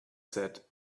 said